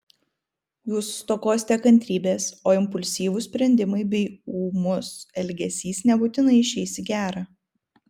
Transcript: jūs stokosite kantrybės o impulsyvūs sprendimai bei ūmus elgesys nebūtinai išeis į gera